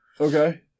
okay